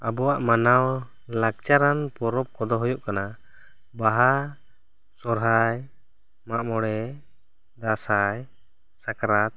ᱟᱵᱟᱣᱟᱜ ᱢᱟᱱᱟᱣ ᱞᱟᱠᱪᱟᱨᱟᱱ ᱯᱚᱨᱚᱵᱽ ᱠᱚ ᱫᱚ ᱦᱩᱭᱩᱜ ᱠᱟᱱᱟ ᱵᱟᱦᱟ ᱥᱚᱨᱦᱟᱭ ᱢᱟᱜ ᱢᱚᱬᱮ ᱫᱟᱥᱟᱸᱭ ᱥᱟᱠᱨᱟᱛ